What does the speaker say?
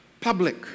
public